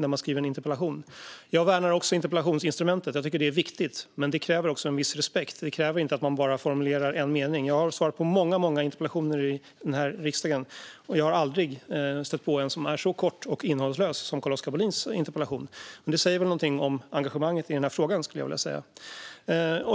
när någon skriver en interpellation. Jag värnar också interpellationsinstrumentet; jag tycker att det är viktigt. Men det kräver en viss respekt och att man inte formulerar enbart en mening. Jag har svarat på många, många interpellationer i riksdagen, och jag har aldrig stött på en som varit så kort och innehållslös som Carl-Oskar Bohlins interpellation är. Det säger någonting om engagemanget i frågan, skulle jag vilja säga.